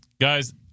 guys